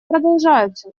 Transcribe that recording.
продолжаются